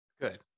Good